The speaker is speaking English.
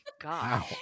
God